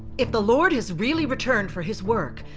if the lord has really returned for his work,